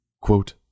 Quote